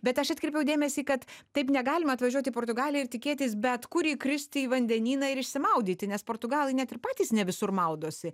bet aš atkreipiau dėmesį kad taip negalima atvažiuoti į portugaliją ir tikėtis bet kur įkristi į vandenyną ir išsimaudyti nes portugalai net ir patys ne visur maudosi